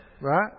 Right